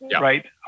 right